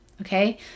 okay